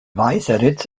weißeritz